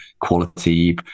quality